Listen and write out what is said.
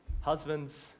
Husbands